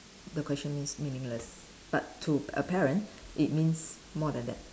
the question means meaningless but to a parent it means more than that